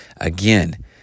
Again